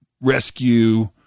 rescue